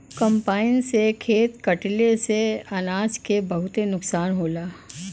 combine से खेत कटले से अनाज के बहुते नुकसान होला